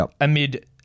amid